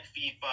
FIFA